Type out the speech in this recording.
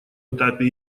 этапе